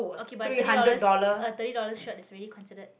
okay but thirty dollars a thirty dollars shirt is really considered